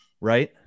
right